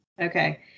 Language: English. Okay